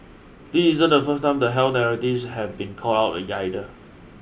this isn't the first time the health narratives have been called out either